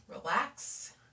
relax